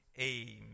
Amen